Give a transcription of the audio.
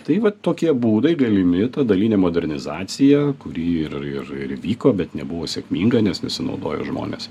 tai vat tokie būdai galimi ta dalinė modernizacija kuri ir ir ir vyko bet nebuvo sėkminga nes nesinaudojo žmonės